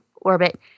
orbit